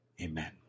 amen